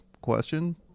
question